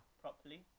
Properly